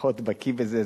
פחות בקי בזה.